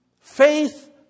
Faith